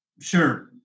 Sure